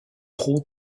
trop